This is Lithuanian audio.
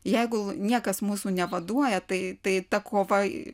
jeigu niekas mūsų nevaduoja tai tai ta kova